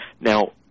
Now